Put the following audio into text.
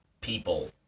people